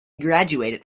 graduated